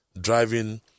driving